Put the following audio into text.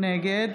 נגד